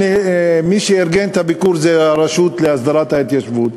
מי שארגן את הביקור זה הרשות להסדרת ההתיישבות.